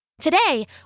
Today